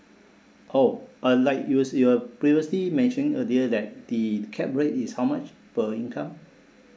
oh uh like you was your previously mentioned earlier that the cap rate is how much per income